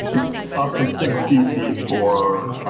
it's up to sixty feet for